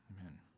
amen